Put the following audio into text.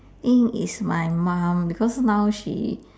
think is my mom because now she